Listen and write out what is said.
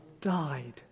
died